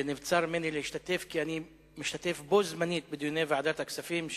ונבצר ממני להשתתף כי אני משתתף בו-זמנית בדיוני ועדת הכספים,